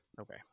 Okay